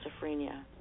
schizophrenia